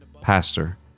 pastor